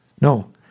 No